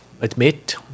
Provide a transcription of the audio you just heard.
admit